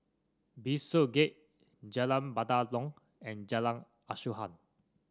Bishopsgate Jalan Batalong and Jalan Asuhan